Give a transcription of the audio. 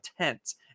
tense